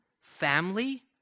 family